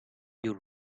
you